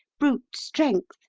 brute strength,